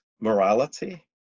morality